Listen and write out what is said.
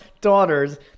daughters